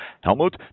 Helmut